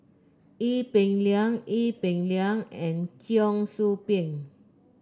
Ee Peng Liang Ee Peng Liang and Cheong Soo Pieng